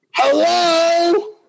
Hello